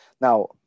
Now